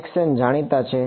n જાણીતા છે